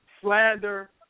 slander